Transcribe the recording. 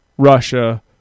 russia